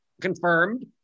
confirmed